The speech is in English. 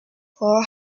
four